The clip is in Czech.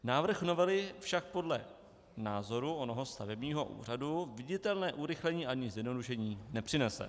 Návrh novely však podle názoru onoho stavebního úřadu viditelné urychlení ani zjednodušení nepřinese.